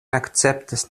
akceptas